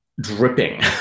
dripping